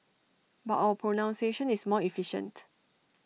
but our pronunciation is more efficient